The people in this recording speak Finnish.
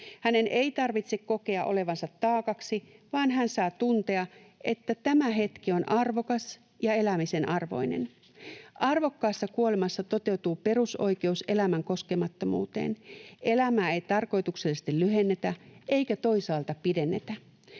Hänen ei tarvitse kokea olevansa taakaksi, vaan hän saa tuntea, että tämä hetki on arvokas ja elämisen arvoinen. Arvokkaassa kuolemassa toteutuu perusoikeus elämän koskemattomuuteen. Elämää ei tarkoituksellisesti lyhennetä eikä toisaalta pidennetä.